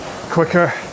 quicker